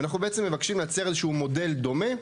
אנחנו מבקשים לייצר איזשהו מודל דומה,